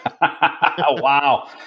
Wow